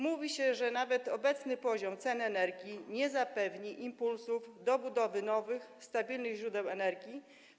Mówi się, że nawet obecny poziom cen energii nie zapewni impulsów do budowy nowych, stabilnych źródeł energii.